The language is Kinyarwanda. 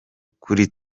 kuri